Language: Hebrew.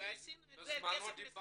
כי בזמנו דיברנו פה בדיון.